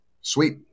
Sweet